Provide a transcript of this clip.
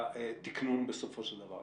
של התקנון בסופו של דבר.